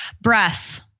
Breath